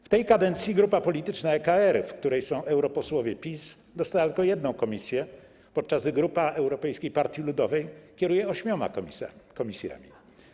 W tej kadencji grupa polityczna EKR, w której są europosłowie PiS, dostała tylko jedną komisją, podczas gdy grupa Europejskiej Partii Ludowej kieruje 8 komisjami.